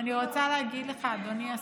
אני רוצה להגיד לך, אדוני השר,